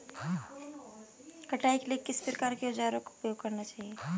कटाई के लिए किस प्रकार के औज़ारों का उपयोग करना चाहिए?